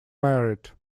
married